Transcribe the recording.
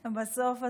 בסוף,